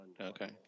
Okay